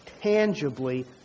tangibly